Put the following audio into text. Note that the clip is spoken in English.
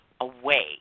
away